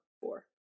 Four